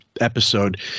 episode